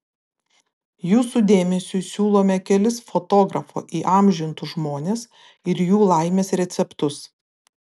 jūsų dėmesiui siūlome kelis fotografo įamžintus žmones ir jų laimės receptus